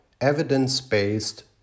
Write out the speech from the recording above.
evidence-based